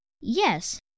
Yes